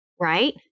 right